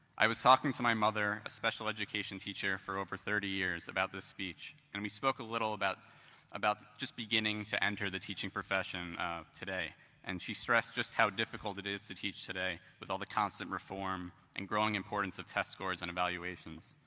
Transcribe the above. i was talking to my mother, a special education teacher for over thirty years, about this speech and we spoke a little about about just beginning to enter the teaching profession today and she stressed just how difficult it is to teach today with all the constant reform and growing importance of test scores and evaluations.